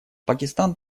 пакистан